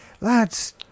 Lads